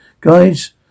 Guys